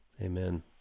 Amen